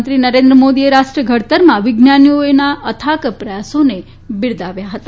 પ્રધાનમંત્રી નરેન્દ્ર મોદીએ રાષ્ટ્ર ઘડતરમાં વિજ્ઞાનીઓના અથાક પ્રયાસોને બિરદાવ્યા હતા